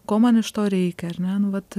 ko man iš to reikia ar ne nu vat